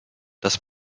dass